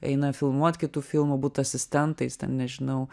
eina filmuot kitų filmų but asistentais ten nežinau